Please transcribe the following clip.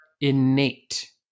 innate